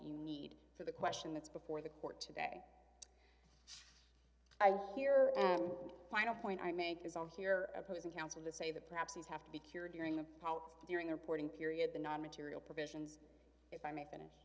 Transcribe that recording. you need for the question that's before the court today here and final point i make is i'm here opposing counsel to say that perhaps these have to be cured during the house during the reporting period the non material provisions if i may finish